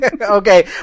Okay